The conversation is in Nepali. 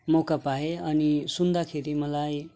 मौका पाएँ अनि सुन्दाखेरि मलाई